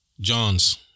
Johns